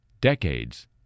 decades